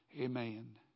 Amen